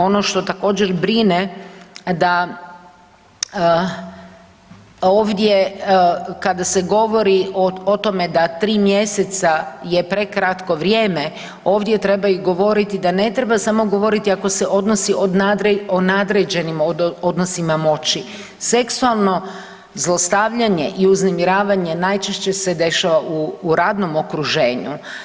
Ono što također brine, da, ovdje kada se govori o tome da 3 mjeseca je prekratko vrijeme, ovdje treba i govoriti da ne treba samo govoriti ako se odnosi, o nadređenim odnosima moći, seksualno zlostavljanje i uznemiravanje najčešće se dešava u radnom okruženju.